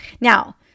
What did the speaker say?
now